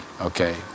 okay